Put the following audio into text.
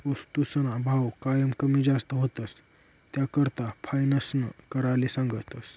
वस्तूसना भाव कायम कमी जास्त व्हतंस, त्याकरता फायनान्स कराले सांगतस